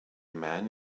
man